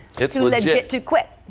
it's a legit to quit.